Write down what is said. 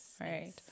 Right